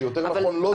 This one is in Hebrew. שיותר נכון לא זמינים.